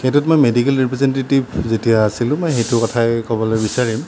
সেইটোত মই medical representative যেতিয়া আছিলোঁ মই সেইটো কথাই ক'বলৈ বিচাৰিম